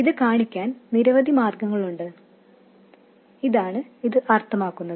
ഇത് കാണിക്കാൻ നിരവധി മാർഗങ്ങളുണ്ട് ഇതാണ് ഇത് അർത്ഥമാക്കുന്നത്